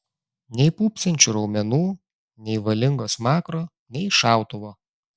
nei pūpsančių raumenų nei valingo smakro nei šautuvo